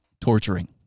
torturing